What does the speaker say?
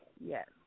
Yes